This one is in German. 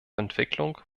entwicklung